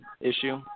issue